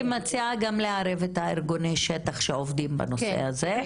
מציעה גם לערב את ארגוני השטח שעובדים בנושא הזה,